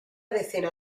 decena